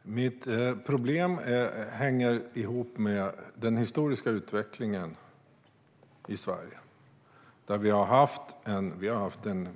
Herr talman! Mitt problem hänger ihop med den historiska utvecklingen i Sverige. Vi har under